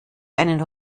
einen